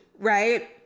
right